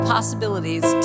possibilities